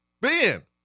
Ben